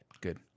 good